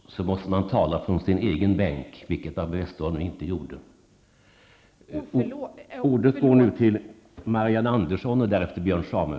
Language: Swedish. Enligt reglerna måste man tala från sin egen bänk, vilket Barbro Westerholm inte gjorde.